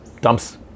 dumps